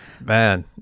Man